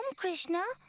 um krishna.